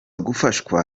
gufashwa